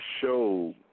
show